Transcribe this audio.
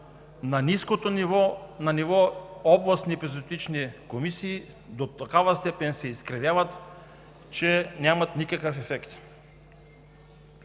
на ниското ниво, на ниво областни епизоотични комисии до такава степен се изкривяват, че нямат никакъв ефект.